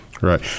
Right